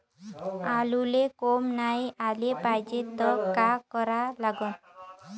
आलूले कोंब नाई याले पायजे त का करा लागन?